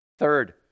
Third